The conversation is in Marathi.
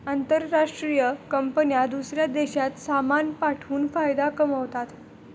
आंतरराष्ट्रीय कंपन्या दूसऱ्या देशात सामान पाठवून फायदा कमावतात